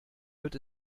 wird